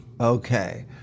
Okay